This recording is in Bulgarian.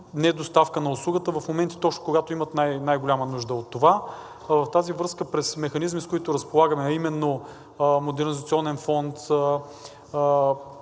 недоставяне на услугата в моменти точно когато имат най-голяма нужда от това. В тази връзка през механизми, с които разполагаме, а именно Модернизационен фонд,